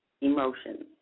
emotions